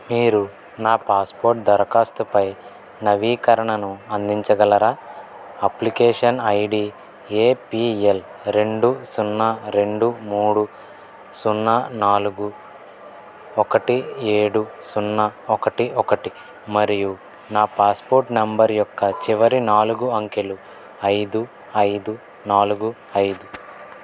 మీరు నా పాస్పోర్ట్ దరఖాస్తుపై నవీకరణను అందించగలరా అప్లికేషన్ ఐడి ఏపిఎల్ రెండు సున్నా రెండు మూడు సున్నా నాలుగు ఒకటి ఏడు సున్నా ఒకటి ఒకటి మరియు నా పాస్పోర్ట్ నంబర్ యొక్క చివరి నాలుగు అంకెలు ఐదు ఐదు నాలుగు ఐదు